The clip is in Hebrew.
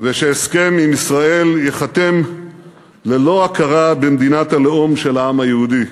ושהסכם עם ישראל ייחתם ללא הכרה במדינת הלאום של העם היהודי.